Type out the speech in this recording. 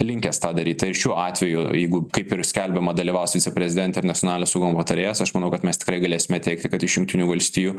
linkęs tą daryt tai šiuo atveju jeigu kaip ir skelbiama dalyvaus viceprezidentė ir nacionalinio saugumo patarėjas aš manau kad mes tikrai galėsime teigti kad iš jungtinių valstijų